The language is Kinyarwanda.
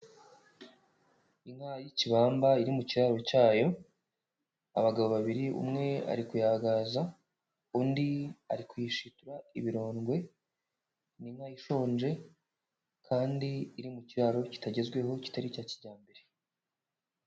Inka y'ikibamba iri mu kiraro cyayo, abagabo babiri umwe ari kuyagaza, undi ari kuyishitura ibirondwe, ni inka ishonje, kandi iri mu kiraro kitagezweho kitari icya kijyambere.